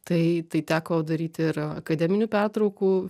tai tai teko daryti ir akademinių pertraukų